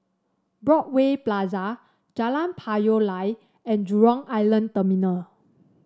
Broadway Plaza Jalan Payoh Lai and Jurong Island Terminal